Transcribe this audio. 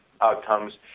outcomes